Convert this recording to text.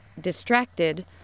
distracted